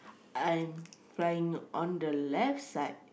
I'm flying on the left side